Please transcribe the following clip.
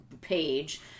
page